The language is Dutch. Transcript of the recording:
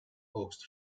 oost